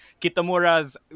Kitamura's